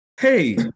Hey